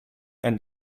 end